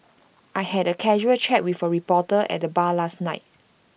I had A casual chat with A reporter at the bar last night